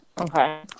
Okay